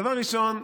דבר ראשון,